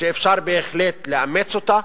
שאפשר בהחלט לאמץ אותה.